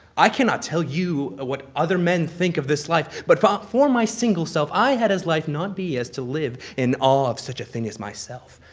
i cannot tell you what other men think of this life, but for um for my single self, i had as life not be as to live in awe of such a thing as myself.